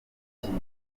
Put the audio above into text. ikindi